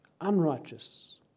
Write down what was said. unrighteous